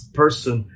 person